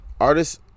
artists